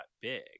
big